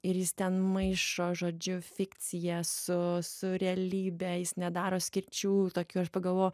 ir jis ten maišo žodžiu fikciją su su realybe jis nedaro skirčių tokių aš pagalvo